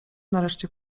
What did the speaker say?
nareszcie